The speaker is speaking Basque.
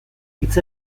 hitz